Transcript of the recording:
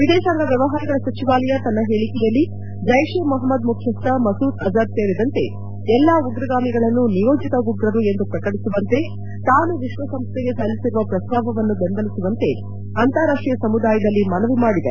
ವಿದೇಶಾಂಗ ವ್ಯವಹಾರಗಳ ಸಚಿವಾಲಯ ತನ್ನ ಹೇಳಿಕೆಯಲ್ಲಿ ಜೈಷ್ ಎ ಮೊಪಮ್ಮದ್ ಮುಖ್ಯಸ್ಥ ಮಸೂದ್ ಅಜರ್ ಸೇರಿದಂತೆ ಎಲ್ಲ ಉಗ್ರಗಾಮಿಗಳನ್ನು ನಿಯೋಜಿತ ಉಗ್ರರು ಎಂದು ಪ್ರಕಟಿಸುವಂತೆ ತಾನು ವಿಶ್ವಸಂಸ್ಥೆಗೆ ಸಲ್ಲಿಸಿರುವ ಪ್ರಸ್ತಾವವನ್ನು ಬೆಂಬಲಿಸುವಂತೆ ಅಂತಾರಾಷ್ಟೀಯ ಸಮುದಾಯದಲ್ಲಿ ಮನವಿ ಮಾಡಿದೆ